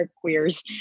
queers